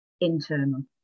internal